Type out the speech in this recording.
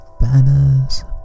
Banners